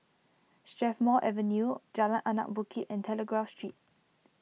Strathmore Avenue Jalan Anak Bukit and Telegraph Street